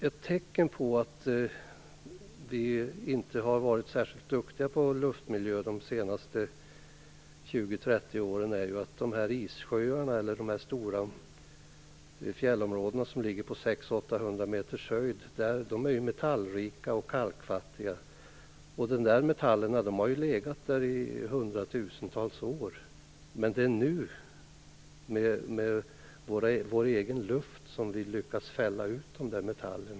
Ett tecken på att vi inte har varit särskilt duktiga på luftmiljö de senaste 20-30 åren är ju att issjöarna eller de stora fjällområdena som ligger på 600-800 meters höjd är metallrika och kalkfattiga. Metallerna har legat där i hundratusentals år, men det är först nu, med vår egen luft, som vi har lyckats fälla ut dem.